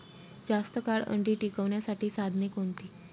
जास्त काळ अंडी टिकवण्यासाठी साधने कोणती?